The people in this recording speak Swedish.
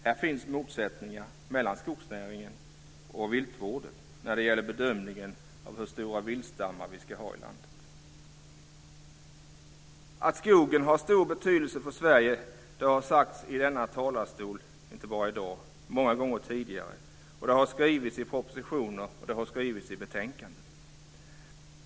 Här finns motsättningar mellan skogsnäringen och viltvården när det gäller bedömningen av hur stora viltstammar vi ska ha i landet. Att skogen har stor betydelse för Sverige har sagts i denna talarstol, inte bara i dag utan även många gånger tidigare, och det har också skrivits i propositioner och betänkanden.